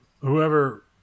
whoever